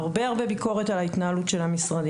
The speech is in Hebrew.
הרבה מאוד ביקורת על ההתנהלות של המשרדים,